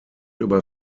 über